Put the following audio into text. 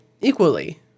equally